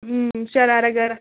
شَرارا گَرا